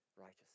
righteous